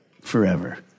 forever